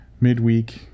midweek